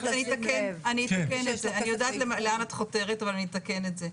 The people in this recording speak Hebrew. אני יודעת לאן את חותרת אבל אני אתקן את זה.